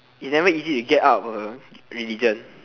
it's never easy to get out of a religion